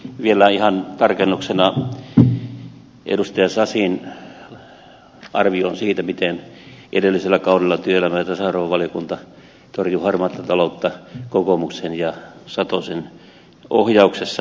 vielä ihan tarkennuksena edustaja sasin arvioon siitä miten edellisellä kaudella työelämä ja tasa arvovaliokunta torjui harmaata taloutta kokoomuksen ja satosen ohjauksessa